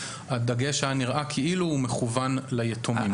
הדגש היה נראה כאילו הוא מכוון ליתומים.